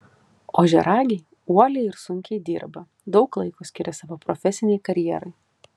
ožiaragiai uoliai ir sunkiai dirba daug laiko skiria savo profesinei karjerai